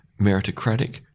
meritocratic